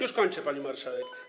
Już kończę, pani marszałek.